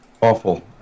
awful